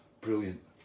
brilliant